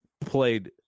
played